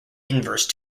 inverse